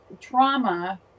trauma